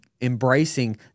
embracing